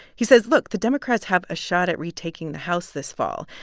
he says, look, the democrats have a shot at retaking the house this fall.